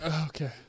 Okay